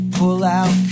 pull-out